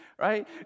right